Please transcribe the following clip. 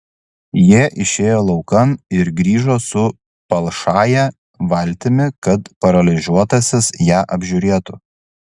jie išėjo laukan ir grįžo su palšąja valtimi kad paralyžiuotasis ją apžiūrėtų